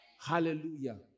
Hallelujah